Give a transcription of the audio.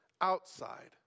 outside